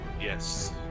Yes